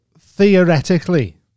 theoretically